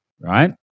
right